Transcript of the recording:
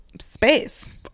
space